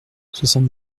soixante